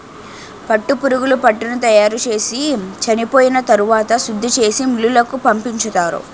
పట్టుపురుగులు పట్టుని తయారుచేసి చెనిపోయిన తరవాత శుద్ధిచేసి మిల్లులకు పంపించుతారు